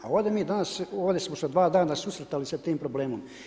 A ovdje mi danas, ovdje smo se dva dana susretali sa tim problemom.